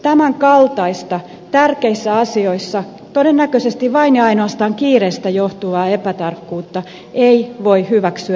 tämän kaltaista tärkeissä asioissa todennäköisesti vain ja ainoastaan kiireestä johtuvaa epätarkkuutta ei voi hyväksyä